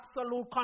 absolute